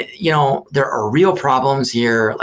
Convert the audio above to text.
you know there are real problems here.